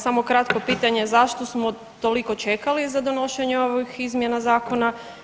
Samo kratko pitanje, zašto smo toliko čekali za donošenje ovih izmjena zakona?